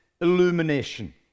illumination